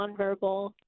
nonverbal